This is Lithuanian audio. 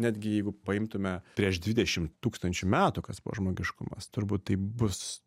netgi jeigu paimtume prieš dvidešimt tūkstančių metų kas buvo žmogiškumas turbūt tai bus